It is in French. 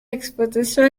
exploitations